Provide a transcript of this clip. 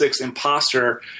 imposter